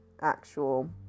actual